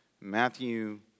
Matthew